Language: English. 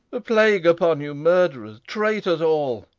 a plague upon you, murderers, traitors all!